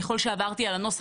ככל שעברתי על הנוסח,